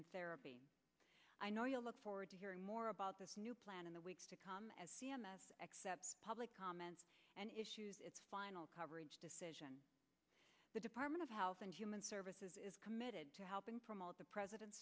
and therapy i know you'll look forward to hearing more about this new plan in the weeks to come as accept public comment and issues its final coverage decision the department of health and human services is committed to helping promote the president's